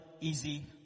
easy